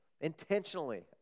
intentionally